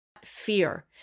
fear